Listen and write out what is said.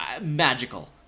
magical